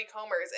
comers